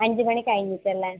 അഞ്ച് മണി കഴിഞ്ഞിട്ട് അല്ലെ